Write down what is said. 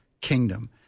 kingdom